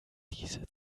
diese